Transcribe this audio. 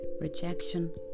rejection